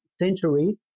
century